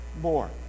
more